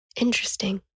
Interesting